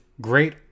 great